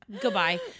goodbye